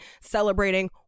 celebrating